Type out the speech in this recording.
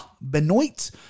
Benoit